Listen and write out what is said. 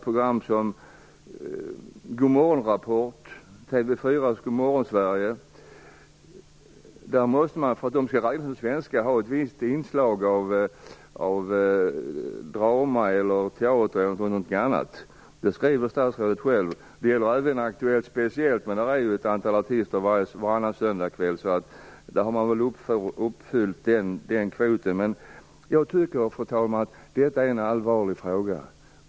Program som Rapport Morgon och TV 4:s Nyhetsmorgon måste, för att få räknas som svenska, ha ett visst inslag av t.ex. drama eller teater. Det skriver statsrådet själv. Det gäller även Aktuellts Speciellt, men där deltar ett antal artister varannan söndagkväll, så kvoten är uppfylld. Fru talman! Jag tycker att detta är en allvarlig fråga.